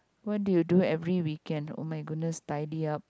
what do you do every weekend oh-my-goodness tidy up